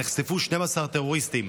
נחשפו 12 טרוריסטים.